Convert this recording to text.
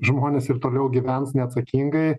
žmonės ir toliau gyvens neatsakingai